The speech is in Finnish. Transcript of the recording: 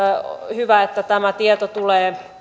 hyvä että tämä tieto tulee